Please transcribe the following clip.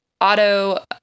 auto-